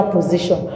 position